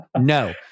no